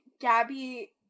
Gabby